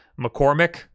McCormick